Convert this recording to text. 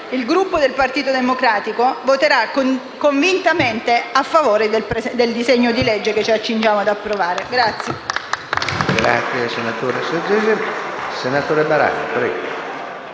il Gruppo del Partito Democratico voterà convintamente a favore del disegno di legge che ci accingiamo a votare.